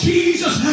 Jesus